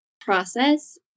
process